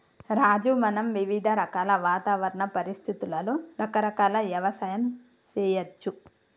రాజు మనం వివిధ రకాల వాతావరణ పరిస్థితులలో రకరకాల యవసాయం సేయచ్చు